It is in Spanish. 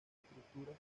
estructuras